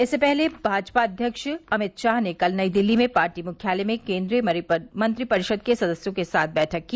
इससे पहले भाजपा अध्यक्ष अमित शाह ने कल नई दिल्ली में पार्टी मुख्यालय में केन्द्रीय मंत्रिपरिषद् के सदस्यों के साथ बैठक की